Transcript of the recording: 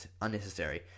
unnecessary